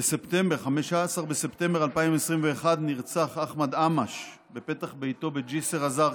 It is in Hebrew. ב-15 בספטמבר 2021 נרצח אחמד עמאש בפתח ביתו בג'יסר א-זרקא.